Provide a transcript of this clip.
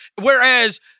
Whereas